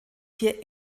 hier